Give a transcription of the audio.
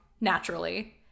naturally